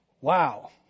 wow